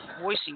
voicing